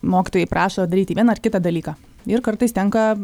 mokytojai prašo daryti vieną ar kitą dalyką ir kartais tenka